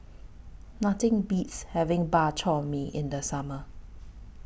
Nothing Beats having Bak Chor Mee in The Summer